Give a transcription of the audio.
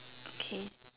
okay